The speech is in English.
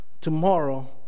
Tomorrow